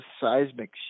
seismic